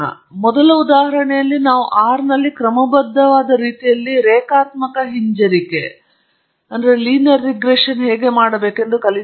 ಮೊದಲ ಉದಾಹರಣೆಯಲ್ಲಿ ನಾವು R ನಲ್ಲಿ ಕ್ರಮಬದ್ಧವಾದ ರೀತಿಯಲ್ಲಿ ರೇಖಾತ್ಮಕ ಹಿಂಜರಿಕೆಯನ್ನು ಹೇಗೆ ಮಾಡಬೇಕೆಂದು ಕಲಿತಿದ್ದೇವೆ